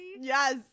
Yes